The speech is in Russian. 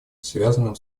связанным